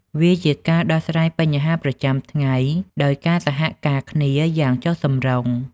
វាជាការដោះស្រាយបញ្ហាប្រចាំថ្ងៃដោយការសហការគ្នាយ៉ាងចុះសម្រុង។